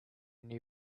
new